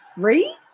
free